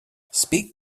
speak